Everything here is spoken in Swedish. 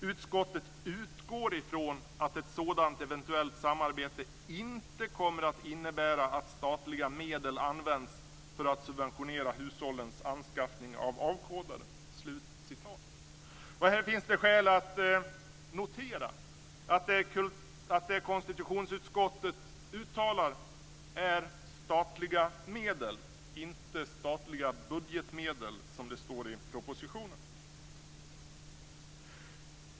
Utskottet utgår från att ett sådant eventuellt samarbete inte kommer att innebära att statliga medel används för att subventionera hushållens anskaffning av avkodare." Här finns det skäl att notera att det konstitutionsutskottet uttalar gäller statliga medel inte statliga budgetmedel, som det står i propositionen.